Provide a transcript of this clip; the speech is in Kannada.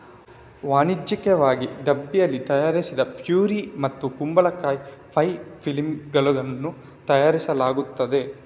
ವಾಣಿಜ್ಯಿಕವಾಗಿ ಡಬ್ಬಿಯಲ್ಲಿ ತಯಾರಿಸಿದ ಪ್ಯೂರಿ ಮತ್ತು ಕುಂಬಳಕಾಯಿ ಪೈ ಫಿಲ್ಲಿಂಗುಗಳನ್ನು ತಯಾರಿಸಲಾಗುತ್ತದೆ